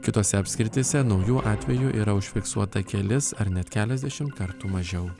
kitose apskrityse naujų atvejų yra užfiksuota kelis ar net keliasdešimt kartų mažiau